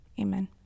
amen